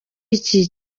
iki